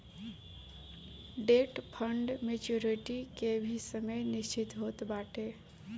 debt fund maturity के भी समय निश्चित होत बाटे